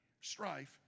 Strife